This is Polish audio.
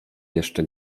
jeszcze